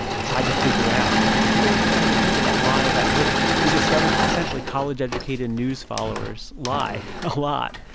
tried to figure out who are the kinds of people that lie about voting, we discovered essentially college-educated news followers lie a lot.